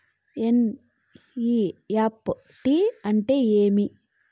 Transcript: NEFT అంటే ఏమి